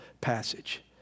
passage